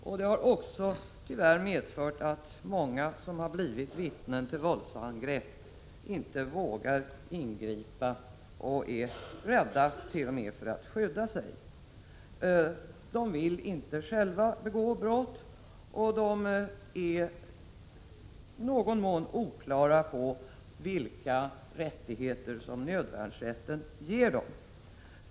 Det har också tyvärr medfört att många som har blivit vittnen till våldsangrepp inte har vågat ingripa och att det.o.m. är rädda för att skydda sig. De vill inte själva begå brott, och de är i någon mån osäkra på vilka rättigheter som nödvärnsrätten ger dem.